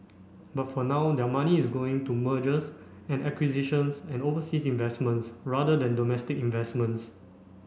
but for now their money is going to mergers and acquisitions and overseas investments rather than domestic investments